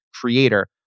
creator